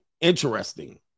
Interesting